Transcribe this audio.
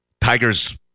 Tiger's